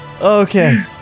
Okay